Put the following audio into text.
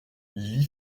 lit